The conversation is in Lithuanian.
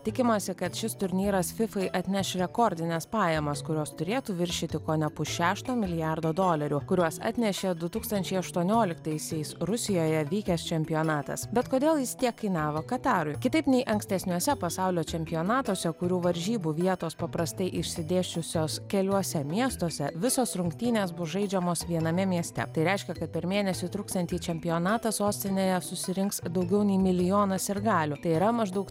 tikimasi kad šis turnyras fifai atneš rekordines pajamas kurios turėtų viršyti kone pusšešto milijardo dolerių kuriuos atnešė du tūkstančiai aštuonioliktaisiais rusijoje vykęs čempionatas bet kodėl jis tiek kainavo katarui kitaip nei ankstesniuose pasaulio čempionatuose kurių varžybų vietos paprastai išsidėsčiusios keliuose miestuose visos rungtynės bus žaidžiamos viename mieste tai reiškia kad per mėnesį truksiantį čempionatą sostinėje susirinks daugiau nei milijonas sirgalių tai yra maždaug